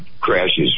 crashes